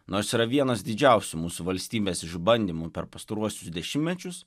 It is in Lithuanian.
nors yra vienas didžiausių mūsų valstybės išbandymų per pastaruosius dešimtmečius